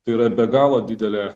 tai yra be galo didelė